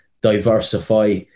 diversify